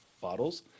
bottles